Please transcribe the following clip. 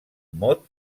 mot